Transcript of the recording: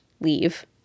leave